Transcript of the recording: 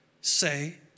say